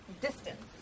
distance